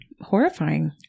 horrifying